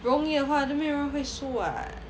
容易的话就没有人会输 [what]